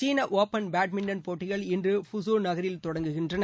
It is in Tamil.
சீன ஒபன் பேட்மிண்டன் போட்டிகள் இன்று ஃபுசோ நகரில் தொடங்குகின்றன